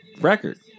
record